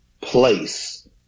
place